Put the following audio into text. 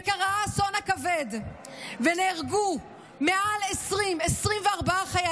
וקרה האסון הכבד ונהרגו 24 חיילים.